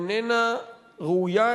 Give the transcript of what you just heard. איננה ראויה,